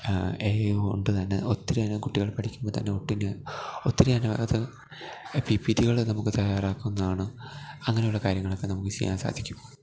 A I കൊണ്ടുതന്നെ ഒത്തിരിയധികം കുട്ടികൾ പഠിക്കുമ്പോൾ തന്നെ ഒട്ടിനവധി ഒത്തിരിയധികം അത് പി പി ടികൾ നമുക്ക് തയ്യാറാക്കാവുന്നതാണ് അങ്ങനെയുള്ള കാര്യങ്ങളൊക്കെ നമുക്ക് ചെയ്യാൻ സാധിക്കും